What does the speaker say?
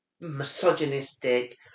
misogynistic